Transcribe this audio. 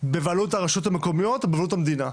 בבעלות הרשויות המקומיות או בבעלות המדינה,